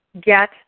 Get